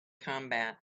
combat